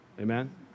Amen